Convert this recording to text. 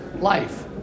life